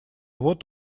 вот